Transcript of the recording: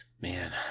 Man